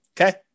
Okay